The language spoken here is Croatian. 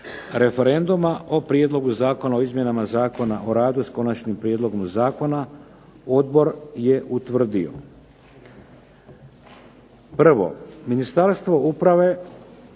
zakona o izmjenama Zakona o radu s Konačnim prijedlogom zakona koju je Vlada